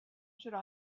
should